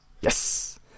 Yes